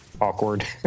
awkward